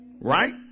Right